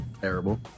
Terrible